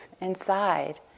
inside